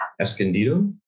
Escondido